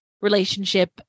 relationship